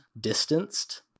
distanced